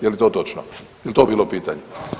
Je li to točno, je li to bilo pitanje?